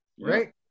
Right